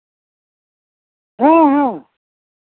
ᱦᱮᱸ ᱦᱮᱸ